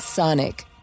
Sonic